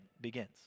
begins